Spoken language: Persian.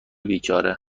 بیچاره